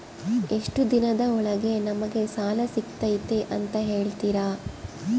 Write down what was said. ಎಷ್ಟು ದಿನದ ಒಳಗೆ ನಮಗೆ ಸಾಲ ಸಿಗ್ತೈತೆ ಅಂತ ಹೇಳ್ತೇರಾ?